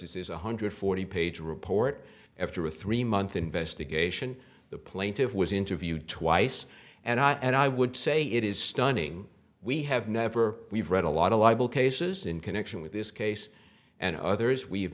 one hundred forty page report after a three month investigation the plaintiff was interviewed twice and i and i would say it is stunning we have never we've read a lot of libel cases in connection with this case and others we've